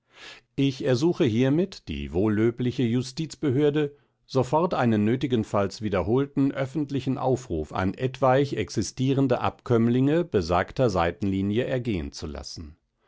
ich ersuche hiermit die wohllöbliche justizbehörde sofort einen nötigenfalls wiederholten öffentlichen aufruf an etwaig existierende abkömmlinge besagter seitenlinie ergehen zu lassen